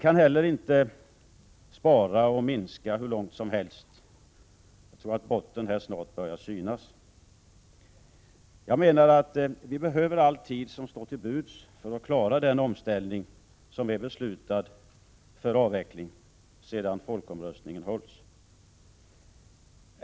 När det gäller att spara och minska på elförbrukningen kan vi heller inte gå hur långt som helst. Jag tror så att säga att botten snart börjar synas i det avseendet. Jag menar att vi behöver all tid som står till buds för att klara av omställningen i samband med den avveckling som riksdagen fattat beslut om sedan folkomröstningen ägde rum.